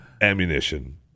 ammunition